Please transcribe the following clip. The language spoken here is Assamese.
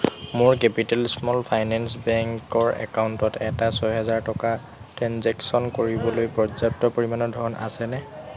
মোৰ কেপিটেল স্মল ফাইনেন্স বেংকৰ একাউণ্টত এটা ছহেজাৰ টকাৰ ট্ৰেঞ্জেকশ্য়ন কৰিবলৈ পৰ্যাপ্ত পৰিমাণৰ ধন আছেনে